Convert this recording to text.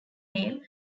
name